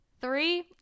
three